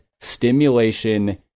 stimulation